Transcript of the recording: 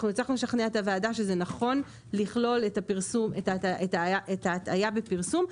הצלחנו לשכנע את הוועדה שזה נכון לכלול את ההטעיה בפרסום,